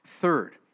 Third